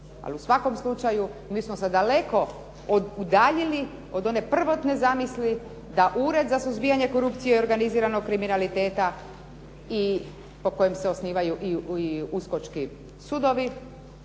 Ali u svakom slučaju, mi smo se daleko udaljili od one prvotne zamisli da Ured za suzbijanje korupcije i organiziranog kriminaliteta i po kojem se osnivaju uskočki sudovi